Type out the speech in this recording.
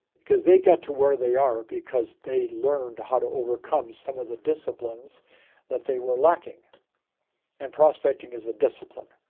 because they got to where they are, because they learned how to overcome some of the disciplines that they were lacking and prospecting as a discipline.